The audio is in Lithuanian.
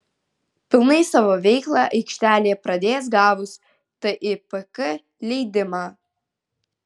pilnai savo veiklą aikštelė pradės gavus tipk leidimą